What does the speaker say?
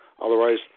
Otherwise